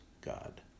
God